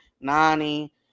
Nani